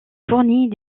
fournit